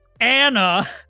anna